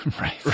right